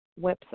website